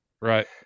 Right